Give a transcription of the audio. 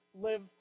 live